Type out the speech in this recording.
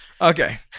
Okay